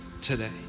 today